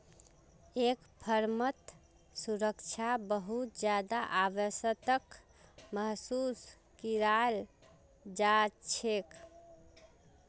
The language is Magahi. एक फर्मत सुरक्षा बहुत ज्यादा आवश्यकताक महसूस कियाल जा छेक